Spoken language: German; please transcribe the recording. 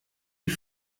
die